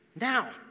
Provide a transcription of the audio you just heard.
now